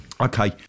Okay